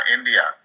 India